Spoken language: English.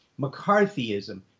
McCarthyism